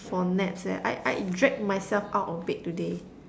for naps leh I I drag myself out of bed today